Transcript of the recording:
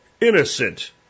innocent